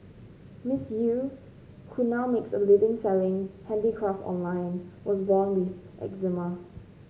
Miss Eu who now makes a living selling handicraft online was born with eczema